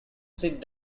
sit